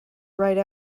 write